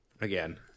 again